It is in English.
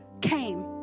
came